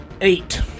Eight